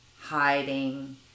hiding